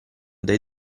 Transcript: dai